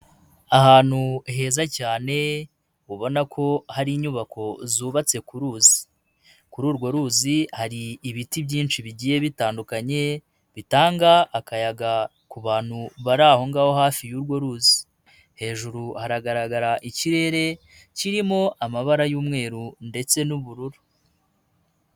Ahantu heza cyane ubona ko hari inyubako zubatse ku ruzi kuri urwo ruzi hari ibiti byinshi bigiye bitandukanye bitanga akayaga ku bantu bari aho ngaho hafi y'urwo ruzi, hejuru haragaragara ikirere kirimo amabara y'umweru ndetse n'ubururu.